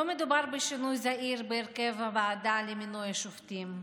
לא מדובר בשינוי זעיר בהרכב הוועדה למינוי השופטים.